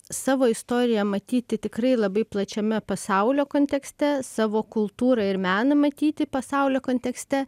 savo istoriją matyti tikrai labai plačiame pasaulio kontekste savo kultūrą ir meną matyti pasaulio kontekste